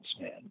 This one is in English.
man